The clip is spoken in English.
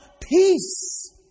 peace